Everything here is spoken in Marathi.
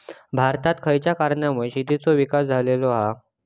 भारतात खयच्या कारणांमुळे शेतीचो विकास झालो हा?